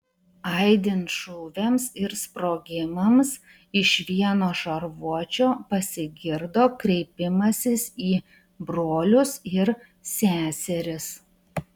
aidint šūviams ir sprogimams iš vieno šarvuočio pasigirdo kreipimasis į brolius ir seseris